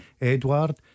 Edward